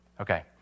Okay